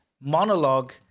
monologue